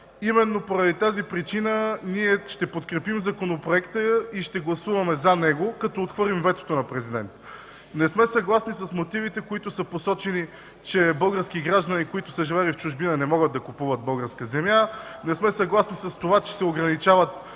Именно поради тази причина ние ще подкрепим законопроекта и ще гласуваме „за” него, като отхвърлим ветото на Президента. Не сме съгласни с посочените мотиви, че български граждани, които са живеели в чужбина, не могат да купуват българска земя. Не сме съгласни с това, че се ограничават